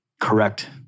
correct